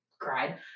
cried